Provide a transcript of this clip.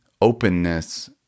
openness